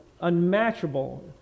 unmatchable